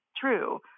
true